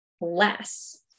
less